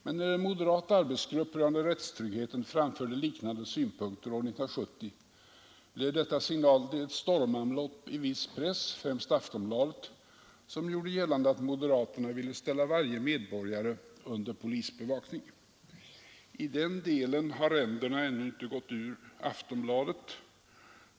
Men när en moderat arbetsgrupp rörande rättstryggheten framförde liknande synpunkter år 1970, blev detta signalen till ett stormanlopp i viss press, främst Aftonbladet, som gjorde gällande att moderaterna ville ställa varje medborgare under polisbevakning. I den delen har ränderna ännu icke gått ur Aftonbladet.